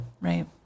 right